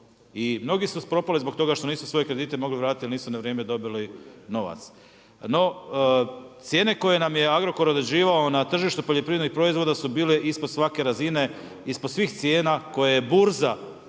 I mnogi su propali zbog toga što nisu svoje kredite mogli vratiti jer nisu na vrijeme dobili novac. No, cijene koje nam je Agrokor određivao na tržištu poljoprivrednih proizvoda su bile ispod svake razine, ispod svih cijena koje je burza